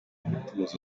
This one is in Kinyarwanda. umutuzo